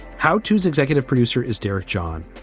how tos executive producer is derek john.